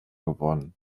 geworden